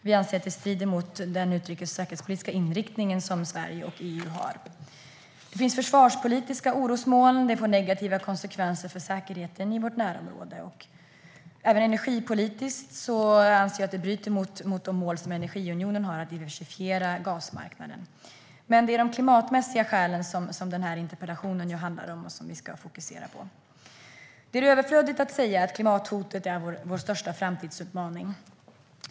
Vi anser att det strider mot den utrikes och säkerhetspolitiska inriktning som Sverige och EU har. Det finns försvarspolitiska orosmoln. Det får negativa konsekvenser för säkerheten i vårt närområde. Jag anser att det även energipolitiskt bryter mot de mål som energiunionen har om att diversifiera gasmarknaden. Men det är de klimatmässiga skälen som interpellationen handlar om och som vi ska fokusera på. Det är överflödigt att säga att klimathotet är vår största framtidsutmaning.